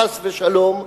חס ושלום,